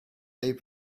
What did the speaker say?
they